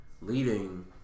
leading